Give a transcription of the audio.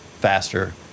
faster